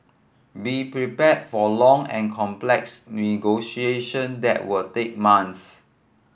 be prepared for long and complex negotiation that will take month